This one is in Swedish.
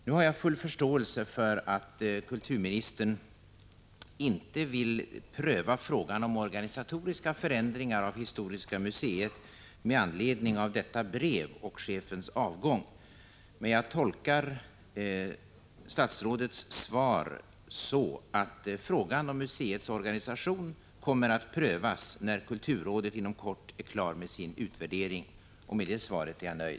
Jag har full förståelse för att kulturministern inte vill pröva frågan om en organisatorisk förändring av historiska museet med anledning av detta brev och chefens avgång. Men jag tolkar statsrådets svar så att frågan om museets organisation kommer att prövas när kulturrådet inom kort är klar med sin utvärdering, och med det svaret är jag nöjd.